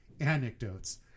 anecdotes